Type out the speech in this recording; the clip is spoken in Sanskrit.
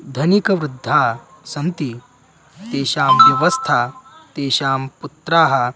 धनिकवृद्धाः सन्ति तेषां व्यवस्था तेषां पुत्राः